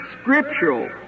scriptural